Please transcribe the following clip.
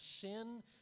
sin